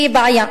והיא בעיה,